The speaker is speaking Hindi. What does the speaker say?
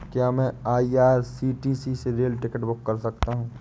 क्या मैं आई.आर.सी.टी.सी से रेल टिकट बुक कर सकता हूँ?